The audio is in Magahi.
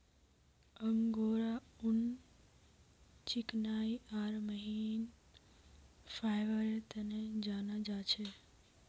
अंगोरा ऊन चिकनाई आर महीन फाइबरेर तने जाना जा छे